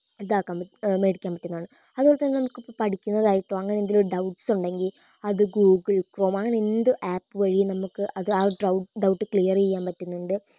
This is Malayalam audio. ഇതാക്കാൻ പറ്റും മേടിക്കാൻ പറ്റുന്നെയാണ് അതുപോലെത്തന്നെ നമുക്കിപ്പോൾ പഠിക്കുന്നതായിട്ടോ അങ്ങനെ എന്തേലും ഡൗട്ട്സ് ഉണ്ടെങ്കിൽ അത് ഗൂഗിൾ ക്രോം അങ്ങനെ എന്ത് ആപ്പ് വഴിയും നമുക്ക് അത് ആ ഡൗ ഡൗട്ട് ക്ലിയറെയ്യാൻ പറ്റുന്നുണ്ട്